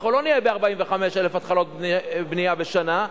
אנחנו לא נהיה ב-45,000 התחלות בנייה בשנה.